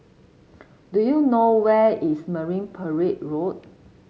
do you know where is Marine Parade Road